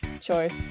choice